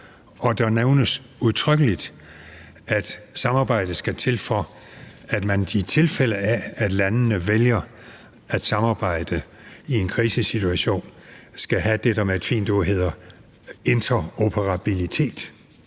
der nævnes udtrykkeligt, at samarbejdet skal til, for at man i tilfælde af, at landene vælger at samarbejde i en krisesituation, skal have det, der med et fint ord hedder interoperabilitet,